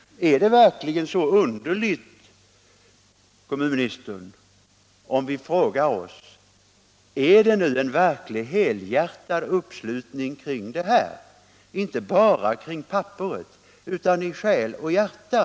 Är det verkligen underligt, kommunministern, när vi frågar oss om det finns en helhjärtad uppslutning kring detta — inte bara kring papperet utan i själ och hjärta?